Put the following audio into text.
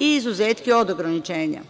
i izuzetke od ograničenja.